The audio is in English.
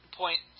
point